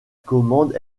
commande